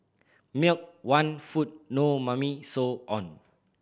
milk want food no Mummy so on